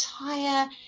entire